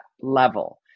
level